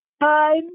Time